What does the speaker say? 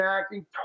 acting